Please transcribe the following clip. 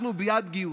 אנחנו בעד גיוס,